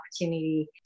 opportunity